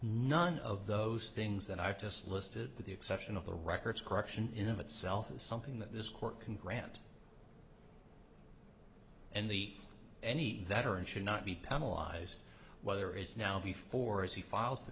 none of those things that i've just listed with the exception of the records correction in of itself is something that this court can grant and the any veteran should not be penalized whether it's now before as he files the